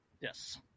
Yes